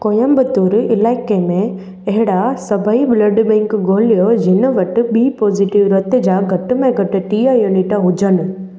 कोयम्बतूर इलाइके में एहिड़ा सभई ब्लड बैंक ॻोल्हियो जिन वटि बी पोज़िटिव रत जा घटि में घटि टीह यूनिट हुजनि